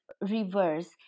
reverse